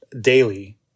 daily